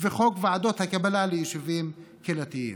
וחוק ועדות הקבלה ליישובים קהילתיים.